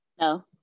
No